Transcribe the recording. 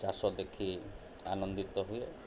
ଚାଷ ଦେଖି ଆନନ୍ଦିତ ହୁଏ